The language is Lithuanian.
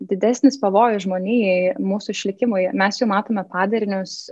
didesnis pavojus žmonijai mūsų išlikimui mes jau matome padarinius